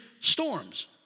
storms